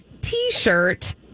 T-shirt